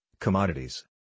commodities